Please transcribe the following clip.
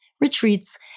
retreats